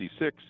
1966